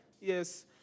yes